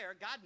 God